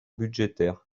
budgétaires